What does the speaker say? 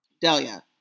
Delia